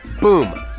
Boom